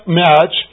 match